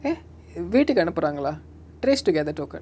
!hey! வீட்டுக்கு அனுபுராங்களா:veetuku anupuraangala trace together token